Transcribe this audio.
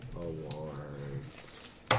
Awards